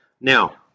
Now